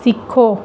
ਸਿੱਖੋ